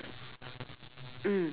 mm